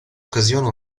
occasione